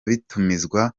bitumizwa